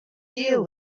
deal